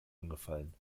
angefallen